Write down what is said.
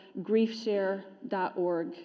griefshare.org